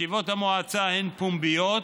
ישיבות המועצה הן פומביות,